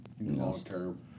Long-term